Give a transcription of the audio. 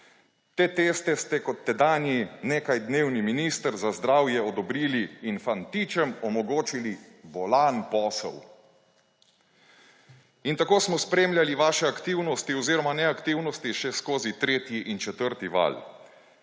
te teste ste kot tedanji nekaj dnevni minister za zdravje odobrili in fantičem omogočili bolan posel. In tako smo spremljali vaše aktivnosti oziroma neaktivnosti še skozi tretji in četrti val.